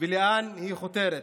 ולאן היא חותרת?